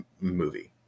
movie